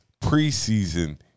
preseason